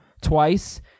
twice